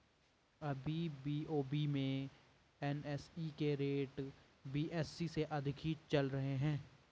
अभी बी.ओ.बी में एन.एस.ई के रेट बी.एस.ई से अधिक ही चल रहे हैं